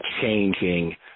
changing